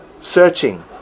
searching